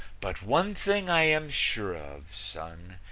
but one thing i am sure of, son,